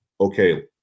okay